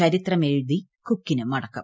ചരിത്രമെഴുതി കുക്കിന് മടക്കം